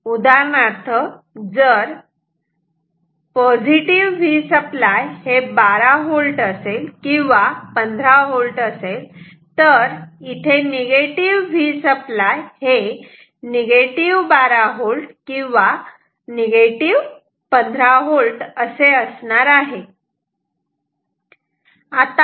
उदाहरणार्थ जर V supply 12V किंवा 15V असेल तर इथे Vसप्लाय 12V किंवा 15V असे असणार आहे